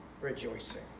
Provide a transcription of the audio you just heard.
rejoicing